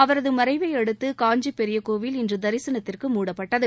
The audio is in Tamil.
அவரது மறைவை அடுத்து காஞ்சி பெரியக்கோவில் இன்று தரிசனத்திற்கு மூடப்பட்டது